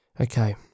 Okay